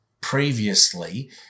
previously